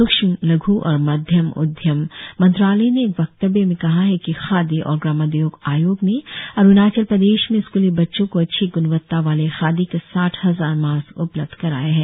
सूक्ष्म लघ् और मध्यम उद्यम मंत्रालय ने एक वक्तव्य में कहा है कि खादी और ग्रामोद्योग आयोग ने अरूणाचल प्रदेश में स्कूली बच्चों को अच्छी ग्रणवत्ता वाले खादी के साठ हजार मास्क उपलब्ध कराए हैं